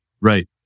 right